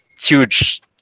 huge